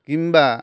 କିମ୍ବା